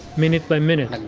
minute by minute,